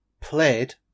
played